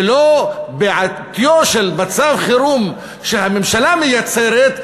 ולא בעטיו של מצב חירום שהממשלה מייצרת,